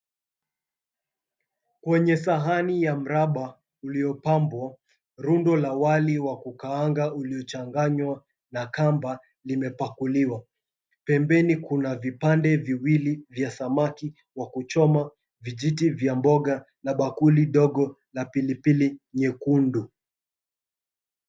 Kwenye sahani ya mraba uliopambwa, rundo la wali wa kukaanga uliochanganywa na kamba, limepakuliwa. Pembeni kuna vipande viwili vya samaki wa kuchoma, vijiti vya mboga na bakuli dogo na pilipili nyekundu.